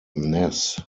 ness